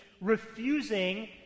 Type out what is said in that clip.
refusing